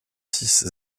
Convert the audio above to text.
six